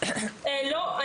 לא.